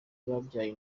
babyaye